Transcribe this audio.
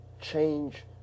change